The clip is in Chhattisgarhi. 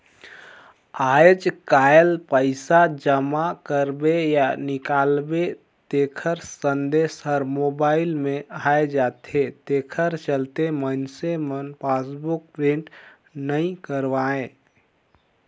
आयज कायल पइसा जमा करबे या निकालबे तेखर संदेश हर मोबइल मे आये जाथे तेखर चलते मइनसे मन पासबुक प्रिंट नइ करवायें